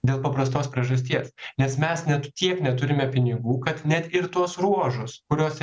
dėl paprastos priežasties nes mes net tiek neturime pinigų kad net ir tuos ruožus kuriuose